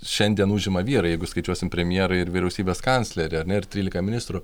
šiandien užima vyrai jeigu skaičiuosim premjerą ir vyriausybės kanclerį ar ne ir trylika ministrų